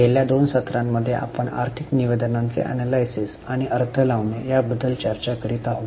गेल्या दोन सत्रांमध्ये आपण आर्थिक निवेदनांचे एनलायसिस आणि अर्थ लावणे याबद्दल चर्चा करीत आहोत